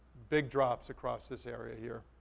big drops across this area here.